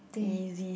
easy